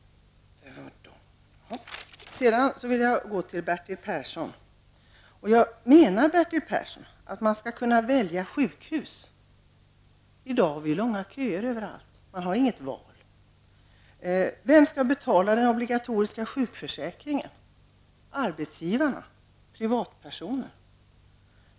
Jag vill till Bertil Persson säga att jag menar att man skall kunna välja sjukhus. I dag är det långa köer överallt, och man har inget sådant val. Vem skall betala den obligatoriska sjukförsäkringen, arbetsgivarna eller privatpersonerna?